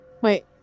Wait